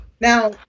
Now